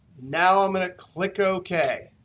now i'm going to click ok.